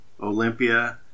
Olympia